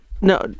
no